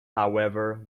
however